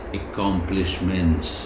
accomplishments